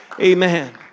Amen